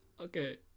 Okay